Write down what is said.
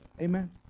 Amen